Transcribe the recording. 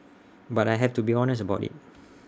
but I have to be honest about IT